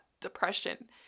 depression